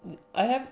I have